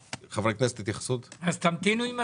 אז תמתינו עם הצו.